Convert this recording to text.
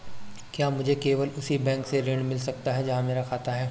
क्या मुझे केवल उसी बैंक से ऋण मिल सकता है जहां मेरा खाता है?